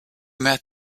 met